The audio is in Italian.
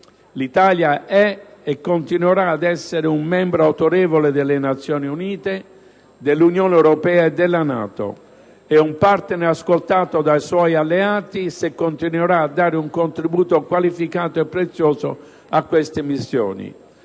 L'Italia è, e continuerà ad essere, un membro autorevole delle Nazioni Unite, dell'Unione europea e della NATO e un partner ascoltato dai suoi alleati se continuerà a dare un contributo qualificato e prezioso a queste missioni.